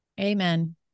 Amen